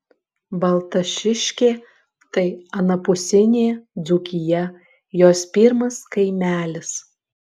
baltašiškė tai anapusinė dzūkija jos pirmas kaimelis